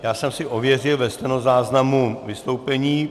Já jsem si ověřil ve stenozáznamu vystoupení.